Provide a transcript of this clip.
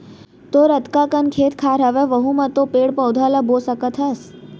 तोर अतका कन खेत खार हवय वहूँ म तो पेड़ पउधा ल बो सकत हस